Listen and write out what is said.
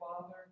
Father